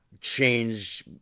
change